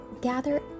gather